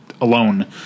alone